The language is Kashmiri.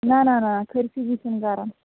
نَہ نَہ نَہ کھٔرۍ سی ہیوٗ چھُنہٕ کَران